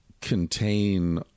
contain